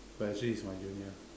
but actually it's my junior